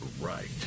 right